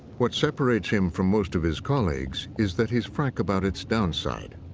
what separates him from most of his colleagues is that he's frank about its downside.